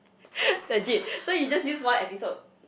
legit so you just use one episode